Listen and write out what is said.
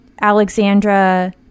alexandra